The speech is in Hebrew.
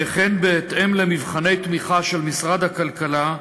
וכן בהתאם למבחני תמיכה של משרד הכלכלה,